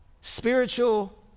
spiritual